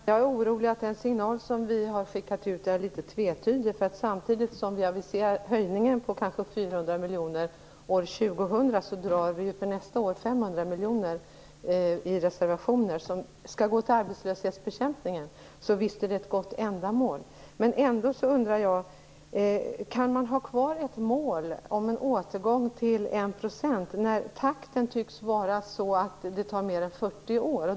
Fru talman! Jag är orolig att den signal som vi har skickat ut är litet tvetydig. Samtidigt som vi aviserar höjningen på uppåt 400 miljoner år 2000 drar vi för nästa år in 500 miljoner i reservationer som skall gå till arbetslöshetsbekämpningen. Visst är det ett gott ändamål. Men jag undrar ändå: Kan man ha kvar ett mål om en återgång till 1 % när takten tycks vara sådan att det tar mer än 40 år?